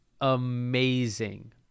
amazing